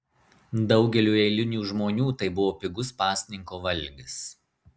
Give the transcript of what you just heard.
daugeliui eilinių žmonių tai buvo pigus pasninko valgis